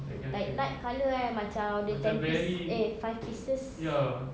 like light colour kan macam ada ten piece eh five pieces